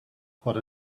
what